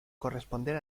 corresponder